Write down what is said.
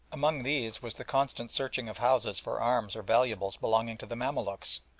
among these was the constant searching of houses for arms or valuables belonging to the mamaluks,